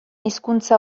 hizkuntza